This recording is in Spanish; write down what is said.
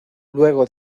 luego